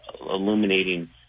illuminating